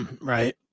Right